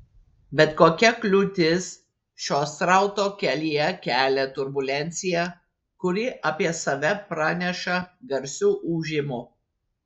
bet kokia kliūtis šio srauto kelyje kelia turbulenciją kuri apie save praneša garsiu ūžimu